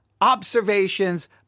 observations